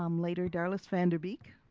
um later darlys vander beek.